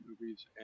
movies